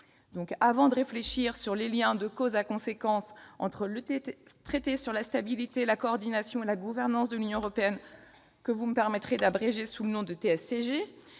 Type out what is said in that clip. Avant de réfléchir sur les liens de cause à conséquence entre le traité sur la stabilité, la coordination et la gouvernance de l'Union européenne, que vous me permettrez de désigner par l'abréviation TSCG,